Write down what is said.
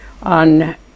on